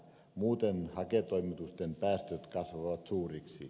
muuten haketoimitusten päästöt kasvavat suuriksi